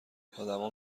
آدمها